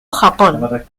japón